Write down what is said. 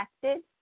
connected